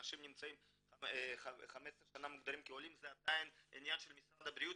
שאנשים שנמצאים כאן 15 ומוגדרים כעולים זה עדיין עניין של משרד הבריאות,